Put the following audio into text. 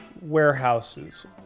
warehouses